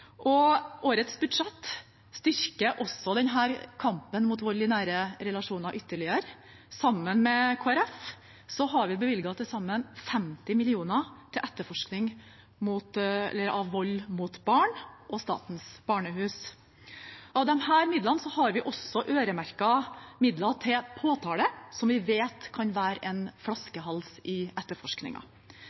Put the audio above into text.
tiltak. Årets budsjett styrker kampen mot vold i nære relasjoner ytterligere. Sammen med Kristelig Folkeparti har vi bevilget til sammen 50 mill. kr til etterforskning av vold mot barn og til statens barnehus. Av disse midlene har vi også øremerket midler til påtale, som vi vet kan være en flaskehals i